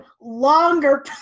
longer